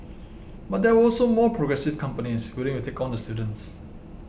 but there were also more progressive companies willing to take on the students